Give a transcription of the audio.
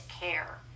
care